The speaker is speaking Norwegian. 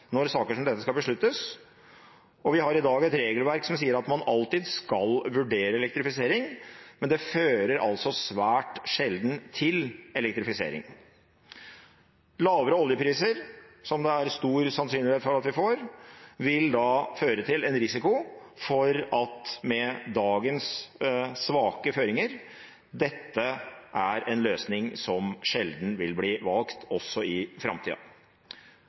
når saker som dette skal besluttes, og vi har i dag et regelverk som sier at man alltid skal vurdere elektrifisering, men det fører altså svært sjelden til elektrifisering. Lavere oljepriser, som det er stor sannsynlighet for at vi får, vil da føre til en risiko for at dette, med dagens svake føringer, er en løsning som også i framtida sjelden vil bli valgt.